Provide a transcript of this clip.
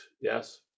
Yes